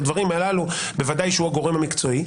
בוודאי שהוא הגורם המקצועי.